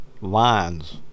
lines